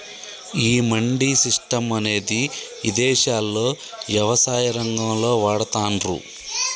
ఈ మండీ సిస్టం అనేది ఇదేశాల్లో యవసాయ రంగంలో వాడతాన్రు